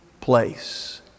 place